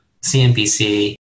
CNBC